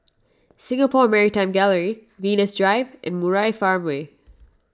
Singapore Maritime Gallery Venus Drive and Murai Farmway